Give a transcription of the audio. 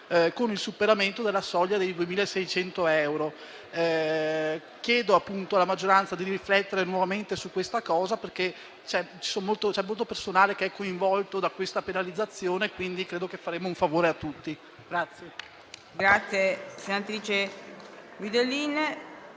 con il superamento della soglia dei 2.600 euro. Chiedo appunto alla maggioranza di riflettere nuovamente su questo punto. C'è molto personale coinvolto da questa penalizzazione e, quindi, credo che faremo un favore a tutti.